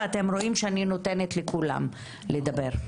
ואתם רואים שאני נותנת לכולם לדבר.